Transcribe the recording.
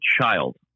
child